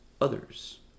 Others